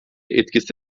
etkisi